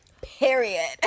Period